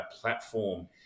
platform